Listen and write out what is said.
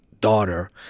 daughter